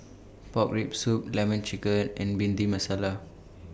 Pork Rib Soup Lemon Chicken and Bhindi Masala